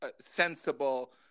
sensible